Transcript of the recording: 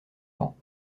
vent